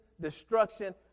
destruction